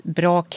bra